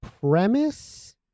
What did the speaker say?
premise